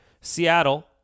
Seattle